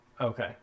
Okay